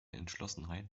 entschlossenheit